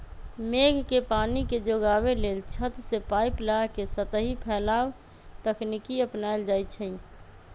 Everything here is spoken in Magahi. मेघ के पानी के जोगाबे लेल छत से पाइप लगा के सतही फैलाव तकनीकी अपनायल जाई छै